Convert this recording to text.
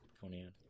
Conan